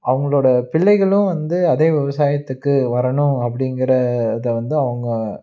அவங்களோடய பிள்ளைகளும் வந்து அதே விவசாயத்துக்கு வரணும் அப்படிங்கிற இதை வந்து அவங்க